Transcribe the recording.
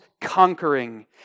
conquering